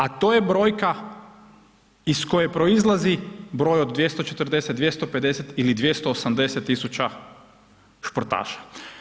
A to je brojka iz koje proizlazi broj od 240, 250 ili 280 tisuća športaša.